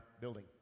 building